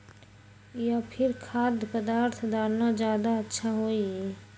या फिर खाद्य पदार्थ डालना ज्यादा अच्छा होई?